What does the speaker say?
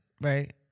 right